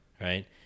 right